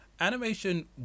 Animation